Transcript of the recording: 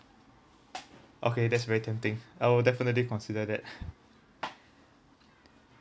okay that's very tempting I would definitely consider that